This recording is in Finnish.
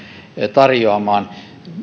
tarjoamaan